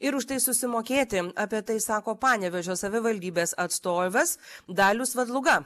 ir už tai susimokėti apie tai sako panevėžio savivaldybės atstovas dalius vadluga